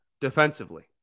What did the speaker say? defensively